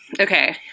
Okay